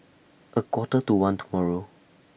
A Quarter to one tomorrow